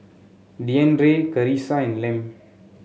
Deandre Karissa and Lem